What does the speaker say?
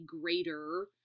greater